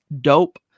dope